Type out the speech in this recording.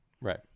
Right